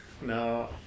no